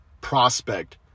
prospect